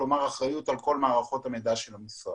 כלומר יש לי אחריות על כל מערכות המידע של המשרד.